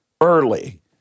early